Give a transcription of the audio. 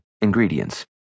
ingredients